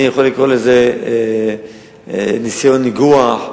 אני יכול לקרוא לזה ניסיון ניגוח.